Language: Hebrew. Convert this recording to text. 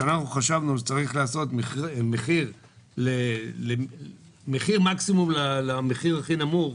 שאנחנו חשבנו שצריך לעשות מחיר מקסימום למחיר הכי נמוך,